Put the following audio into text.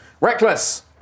Reckless